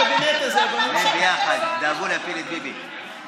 אני נותנת לך עצה לבדוק מה,